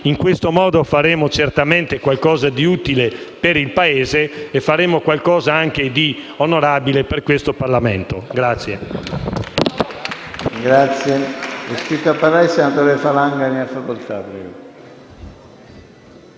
In questo modo faremo certamente qualcosa di utile per il Paese e anche qualcosa di onorabile per questo Parlamento.